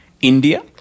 India